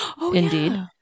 Indeed